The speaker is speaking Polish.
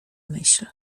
myśl